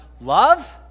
love